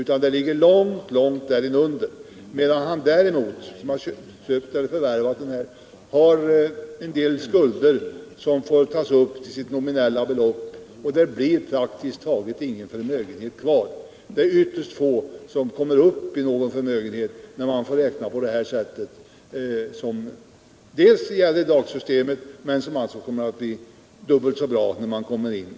Om den som för Lördagen den värvat den här fasta egendomen har en del skulder, som får tas upp 17 december 1977 till sitt nominella belopp, blir det praktiskt taget ingen förmögenhet kvar. Ytterst få kommer upp i någon förmögenhet när de får räkna på det — De mindre och här sättet, enligt det system som gäller i dag — och förmånerna kommer = medelstora alltså att bli dubbelt så bra enligt förslaget!